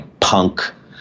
punk